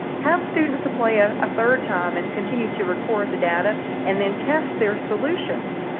have students to play a third time and continue to record the data and then test their solutions.